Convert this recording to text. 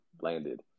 landed